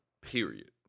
Period